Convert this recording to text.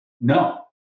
no